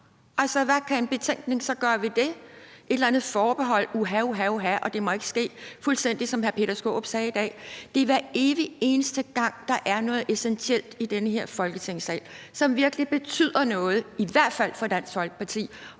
Altså, hvad kan en betænkning så gøre ved det? Så kan man tage et eller andet forbehold og sige, at uha uha, det må ikke ske – fuldstændig som hr. Peter Skaarup sagde i dag. Det er, hver evig eneste gang der er noget essentielt i den her Folketingssal, som virkelig betyder noget, i hvert fald for Dansk Folkeparti